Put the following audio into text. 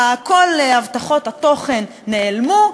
כל הבטחות התוכן נעלמו,